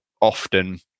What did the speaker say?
often